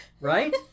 Right